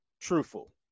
truthful